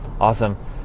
Awesome